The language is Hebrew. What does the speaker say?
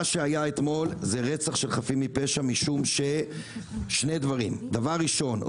מה שהיה אתמול זה רצח של חפים מפשע משום שני דברים: דבר ראשון,